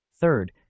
Third